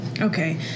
Okay